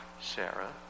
Sarah